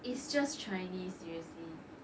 it's just chinese seriously